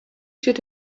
should